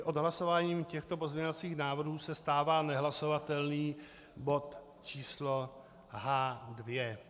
Odhlasováním těchto pozměňovacích návrhů se stává nehlasovatelným bod číslo H2.